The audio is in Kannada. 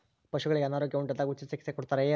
ಪಶುಗಳಿಗೆ ಅನಾರೋಗ್ಯ ಉಂಟಾದಾಗ ಉಚಿತ ಚಿಕಿತ್ಸೆ ಕೊಡುತ್ತಾರೆಯೇ?